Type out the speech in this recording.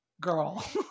girl